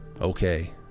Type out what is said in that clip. Okay